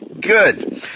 Good